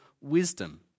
wisdom